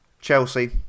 Chelsea